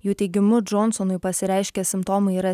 jų teigimu džonsonui pasireiškę simptomai yra